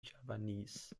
javanese